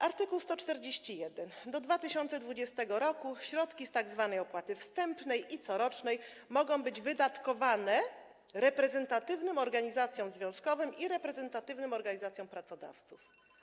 Art. 141: do 2020 r. środki z tzw. opłaty wstępnej i opłaty corocznej mogą być wydatkowane reprezentatywnym organizacjom związkowym i reprezentatywnym organizacjom pracodawców.